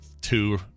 Two